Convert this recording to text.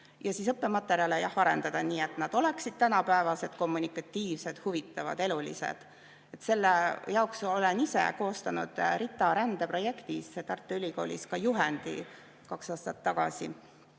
siis õppematerjale arendada nii, et nad oleksid tänapäevased, kommunikatiivsed, huvitavad, elulised. Selle jaoks olen ise koostanud RITA-rände projektis Tartu Ülikoolis üsna põhjaliku juhendi kaks aastat tagasi,